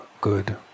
good